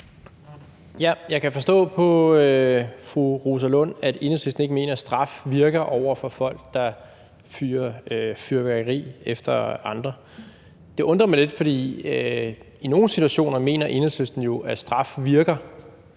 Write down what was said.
Jeg kan forstå på fru Rosa Lund, at Enhedslisten ikke mener, at straf virker over for folk, der fyrer fyrværkeri af efter andre. Det undrer mig lidt, for i nogle situationer mener Enhedslisten jo, at straf virker,